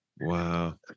Wow